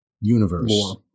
universe